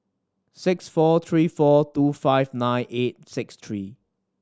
five four three four two five nine eight six three